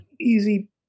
easy